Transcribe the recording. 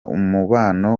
umubano